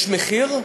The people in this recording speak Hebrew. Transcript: יש מחיר?